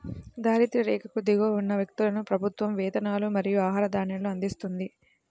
దారిద్య్ర రేఖకు దిగువన ఉన్న వ్యక్తులకు ప్రభుత్వం వేతనాలు మరియు ఆహార ధాన్యాలను అందిస్తుంది